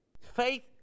Faith